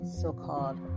so-called